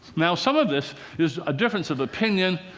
now some of this is a difference of opinion.